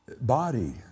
body